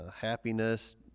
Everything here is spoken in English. happiness